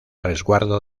resguardo